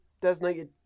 designated